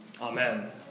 Amen